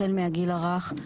החל מהגיל הרך,